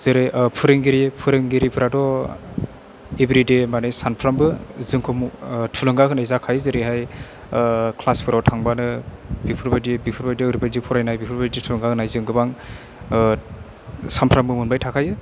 जेरै फोरोंगिरि फोरोंगिरिफ्राथ' एब्रिदे माने सानफ्रामबो जोंखौ मु थुलुंगा होनाय जाखायो जेरैहाय ख्लासफोराव थांबानो बेफोरबादि बेफोरबायदियाव ओरैबायदि फरायनाय बेफोरबायदि थुलुंगा होनाय जों गोबां सानफ्रामबो मोनबाय थाखायो